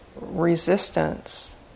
resistance